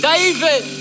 David